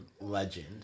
legend